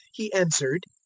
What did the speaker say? he answered,